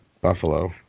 Buffalo